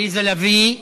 עליזה לביא.